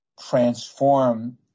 transform